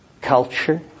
culture